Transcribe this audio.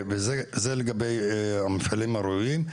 זה לגבי המפעלים הראויים.